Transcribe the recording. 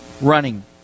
running